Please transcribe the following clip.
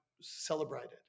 celebrated